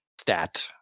stat